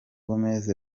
gomez